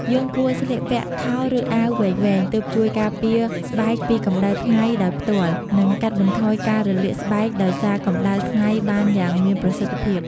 យើងគួរស្លៀកពាក់ខោឫអាវវែងៗ ទើបជួយការពារស្បែកពីកម្ដៅថ្ងៃដោយផ្ទាល់ និងកាត់បន្ថយការរលាកស្បែកដោយសារកម្ដៅថ្ងៃបានយ៉ាងមានប្រសិទ្ធភាព។